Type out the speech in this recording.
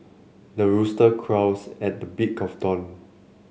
the rooster crows at the break of dawn